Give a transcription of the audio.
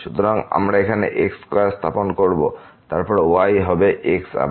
সুতরাং আমরা এখানে x স্কয়ার স্থাপন করব এবং তারপর y হবে x আবার